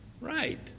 right